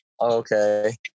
Okay